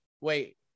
Wait